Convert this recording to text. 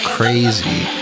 Crazy